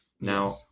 Now